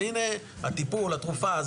והנה הטיפול, התרופה".